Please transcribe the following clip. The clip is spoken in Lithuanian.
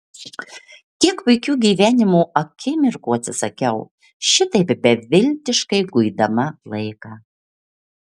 kiek puikių gyvenimo akimirkų atsisakiau šitaip beviltiškai guidama laiką